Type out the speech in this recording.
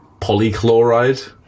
polychloride